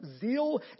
zeal